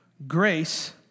Grace